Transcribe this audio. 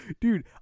dude